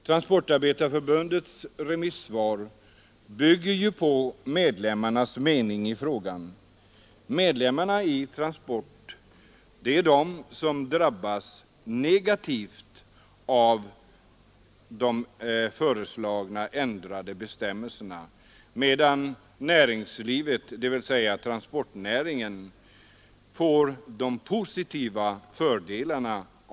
Transportarbetareförbundets remissvar bygger ju på medlemmarnas mening i frågan. Medlemmarna i Transport är de som drabbas negativt av de föreslagna ändringarna, medan transportnäringen får fördelarna.